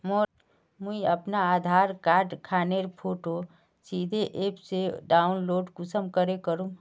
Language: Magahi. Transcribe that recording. मुई अपना आधार कार्ड खानेर फोटो सीधे ऐप से डाउनलोड कुंसम करे करूम?